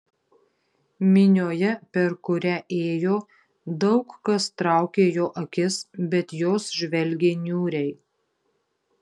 minioje per kurią ėjo daug kas traukė jo akis bet jos žvelgė niūriai